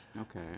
Okay